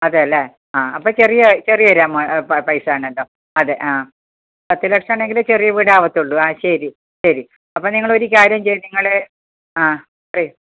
അതെ അല്ലേ ആ അപ്പൊ ചെറിയ ചെറിയ ഒരു പൈസ ആണല്ലോ അതെ ആ പത്ത് ലക്ഷം ഉണ്ടെങ്കിൽ ചെറിയ വീട് ആവത്തുള്ളൂ ആ ശരി ശരി അപ്പോൾ നിങ്ങൾ ഒരു കാര്യം ചെയ്യൂ നിങ്ങൾ ആ പറയൂ